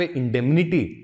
indemnity